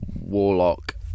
warlock